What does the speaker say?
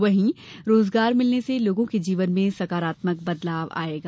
वहीं रोजगार मिलने से लोगों के जीवन में सकारात्मक बदलाव आयेगा